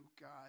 God